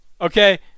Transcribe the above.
Okay